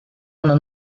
una